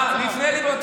לפני ליברמן.